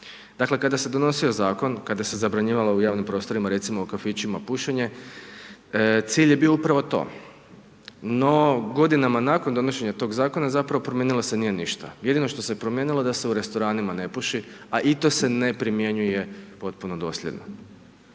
Dakle, kada se je donosio zakon, kada se je zabranjivalo u javnim prostorima, recimo u kafićima pušenje, cilj je bio upravo to. No, godinama, nakon donošenja tog zakona, zapravo promijenilo se nije ništa, jedino što se je promijenilo, je to da se u restoranima ne puši, a i to se ne primjenjuje potpuno dosljedno.